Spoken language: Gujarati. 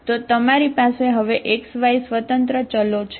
તો તમારી પાસે હવે x y સ્વતંત્ર ચલો છે